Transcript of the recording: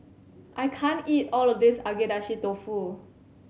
I can't eat all of this Agedashi Dofu